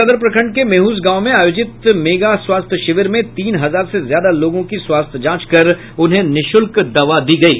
शेखपुरा जिले के सदर प्रखंड के मेहुष गांव में आयोजित मेगा स्वास्थ्य शिविर में तीन हजार से ज्यादा लोगों की स्वास्थ्य जांच कर उन्हें निःशुल्क दवा दी गयी